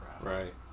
Right